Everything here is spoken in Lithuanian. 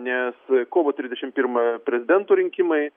nes kovo trisdešimt pirmąją prezidento rinkimai